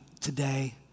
today